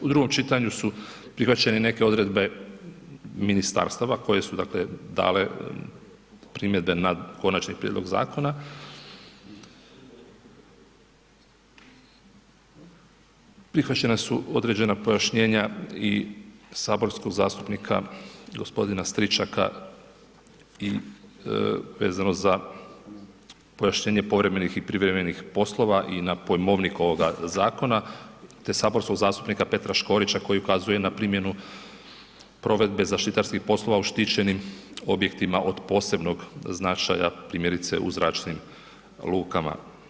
U drugom čitanju su prihvaćene i neke odredbe ministarstava koje su, dakle dale primjedbe na Konačni prijedlog zakona, prihvaćena su određena pojašnjenja i saborskog zastupnika g. Stričaka i vezano za pojašnjenje povremenih i privremenih poslova i na pojmovnik ovoga zakona, te saborskog zastupnika Petra Škorića koji ukazuje na primjenu provedbe zaštitarskih poslova u štićenim objektima od posebnog značaja, primjerice u zračnim lukama.